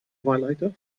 wahlleiter